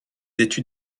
études